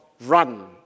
run